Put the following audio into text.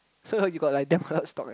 so like you got like that much stock ah